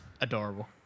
Adorable